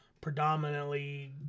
predominantly